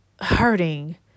hurting